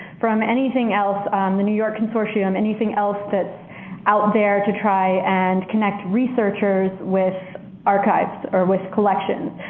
from anything else, the new york consortium, anything else that's out there to try and connect researchers with archives or with collections?